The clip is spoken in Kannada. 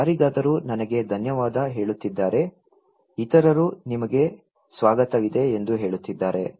ಯಾರಾದರೂ ನನಗೆ ಧನ್ಯವಾದ ಹೇಳುತ್ತಿದ್ದರೆ ಇತರರು ನಿಮಗೆ ಸ್ವಾಗತವಿದೆ ಎಂದು ಹೇಳುತ್ತಿದ್ದಾರೆ